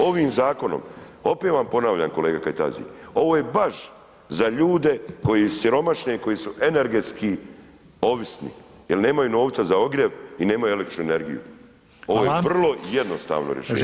Ovim zakonom, opet vam ponavljam kolega Kajtazi, ovo je baš za ljude koji su siromašni i koji su energetski ovisni jel nemaju novca za ogrjev i nemaju električnu energiju [[Upadica: Hvala]] Ovo je vrlo jednostavno rješenje.